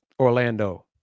Orlando